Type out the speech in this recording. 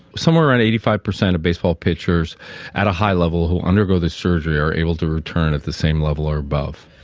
somewhere around eighty five percent of baseball pictures at a high level who undergo this surgery are able to return at the same level or above.